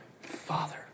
father